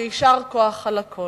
ויישר כוח על הכול,